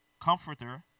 comforter